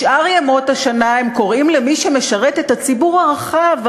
בשאר ימות השנה הם קוראים למי שמשרת את הציבור הרחב,